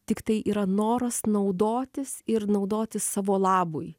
tiktai yra noras naudotis ir naudotis savo labui